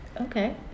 Okay